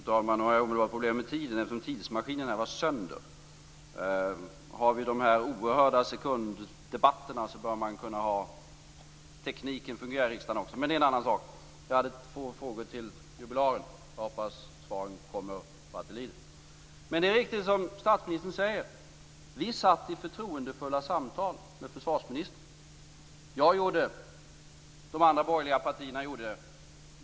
Fru talman! Jag har problem med tiden eftersom tidsmaskinen var sönder. Har vi sådana här oerhörda sekunddebatter bör tekniken också kunna fungera i riksdagen. Men det är en annan sak. Jag hade två frågor till jubilaren. Jag hoppas att svaren kommer vad det lider. Det är riktigt som statsministern säger. Vi satt i förtroendefulla samtal med försvarsministern. Jag gjorde det, och de andra borgerliga partierna gjorde det.